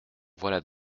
voilà